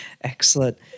Excellent